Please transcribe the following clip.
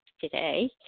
today